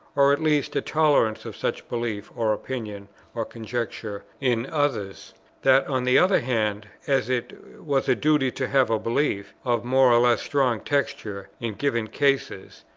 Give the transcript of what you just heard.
or at least, a tolerance of such belief, or opinion or conjecture in others that on the other hand, as it was a duty to have a belief, of more or less strong texture, in given cases,